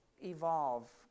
evolve